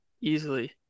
Easily